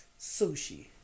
sushi